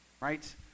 right